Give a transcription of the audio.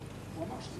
באמת,